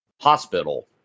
Hospital